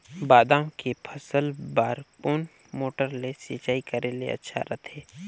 बादाम के के फसल बार कोन मोटर ले सिंचाई करे ले अच्छा रथे?